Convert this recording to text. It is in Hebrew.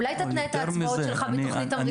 אולי תתנה את ההצבעות שלך בתוכנית תמריצים ומענקים?